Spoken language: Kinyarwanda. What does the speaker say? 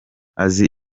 azi